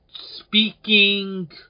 Speaking